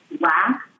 black